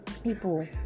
people